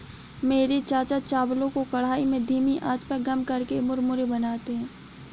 मेरे चाचा चावलों को कढ़ाई में धीमी आंच पर गर्म करके मुरमुरे बनाते हैं